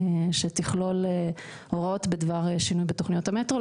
שתכלול הוראות בדבר שינוי בתוכניות המטרו.